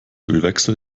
ölwechsel